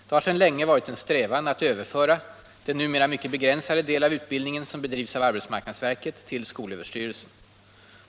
Det har sedan länge varit en strävan att överföra den numera mycket begränsade del av utbildningen som bedrivs av arbetsmarknadsverket till skolöverstyrelsen.